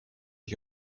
ich